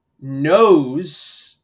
knows